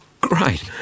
Great